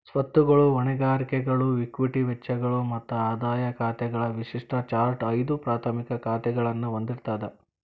ಸ್ವತ್ತುಗಳು, ಹೊಣೆಗಾರಿಕೆಗಳು, ಇಕ್ವಿಟಿ ವೆಚ್ಚಗಳು ಮತ್ತ ಆದಾಯ ಖಾತೆಗಳ ವಿಶಿಷ್ಟ ಚಾರ್ಟ್ ಐದು ಪ್ರಾಥಮಿಕ ಖಾತಾಗಳನ್ನ ಹೊಂದಿರ್ತದ